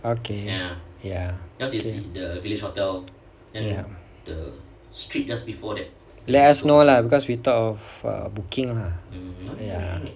okay ya okay ya let us know lah because we thought of err booking lah ya